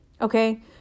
Okay